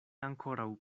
ankoraŭ